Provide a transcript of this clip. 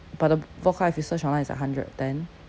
but the vodka if you search online it's like hundred ten